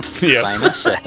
Yes